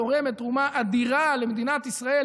תורמת תרומה אדירה למדינת ישראל,